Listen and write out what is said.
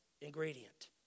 ingredient